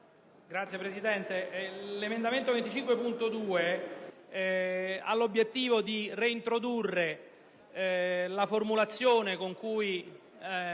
Signora Presidente, l'emendamento 25.2 ha l'obiettivo di reintrodurre la formulazione con cui